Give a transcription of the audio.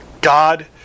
God